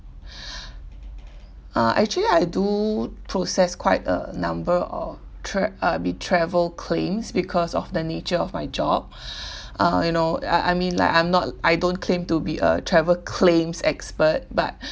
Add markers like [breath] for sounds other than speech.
[breath] uh actually I do process quite a number of track uh I mean travel claims because of the nature of my job [breath] uh you know I I mean like I'm not I don't claim to be a travel claims expert but [breath]